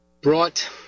brought